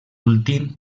últim